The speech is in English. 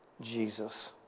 Jesus